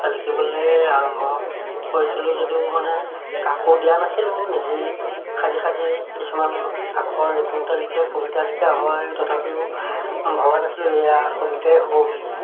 লিখিবলৈ আৰম্ভ কৰিছিলোঁ যদিও মানে কাকো দিয়া নাছিলোঁ নিজেই সাজি সাজি কিছুমান আখৰ লিখোঁতে লিখোঁতে কবিতালেখীয়া হয় তথাপিও ভবা নাছিলোঁ এয়া কবিতাই হ'ব বুলি